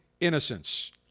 Innocence